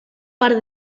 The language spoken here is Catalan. per